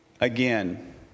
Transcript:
again